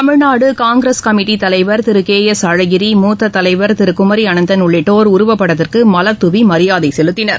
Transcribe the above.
Tamil Nadu Congress committee தலைவா் Thiru K S Alagiri மூத்த தலைவா் திரு குமரி அனந்தன் உள்ளிட்டோர் அன்னாரது உருவப்படத்திற்கு மலர்தூவி மரியாதை செலுத்தினர்